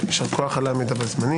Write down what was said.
יישר כוח על העמידה בזמנים.